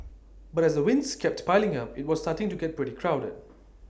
but as the wins kept piling up IT was starting to get pretty crowded